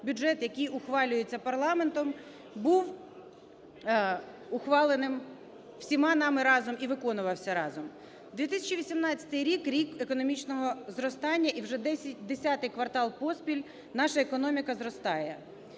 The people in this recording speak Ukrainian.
бюджет який ухвалюється парламентом, був ухваленим всіма нами разом і виконувався разом. 2018 рік – рік економічного зростання, і вже десятий квартал поспіль наша економіка зростає.